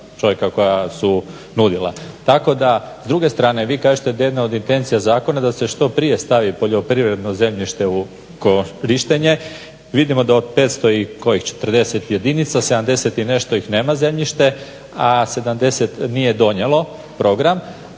tako da s druge strane vi kažete da je jedna od intencija zakona da se što prije stavi poljoprivredno zemljište u korištenje. Vidimo da od 500 i kojih 40 jedinica 70 i nešto ih nema zemljište a 70 nije donijelo program.